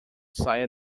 saia